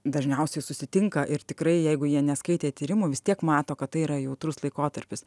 dažniausiai susitinka ir tikrai jeigu jie neskaitė tyrimų vis tiek mato kad tai yra jautrus laikotarpis